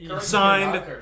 Signed